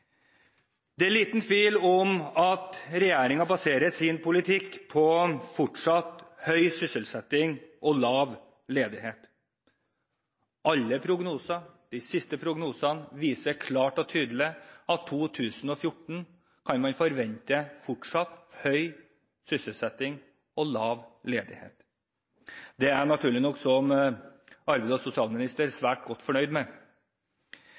Det er liten tvil om at regjeringen baserer sin politikk på fortsatt høy sysselsetting og lav ledighet. De siste prognosene viser klart og tydelig at man i 2014 kan forvente fortsatt høy sysselsetting og lav ledighet. Det er jeg som arbeids- og sosialminister naturlig nok svært godt fornøyd med.